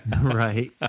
Right